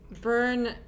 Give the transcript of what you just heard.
Burn